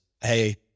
hey